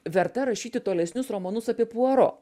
verta rašyti tolesnius romanus apie puaro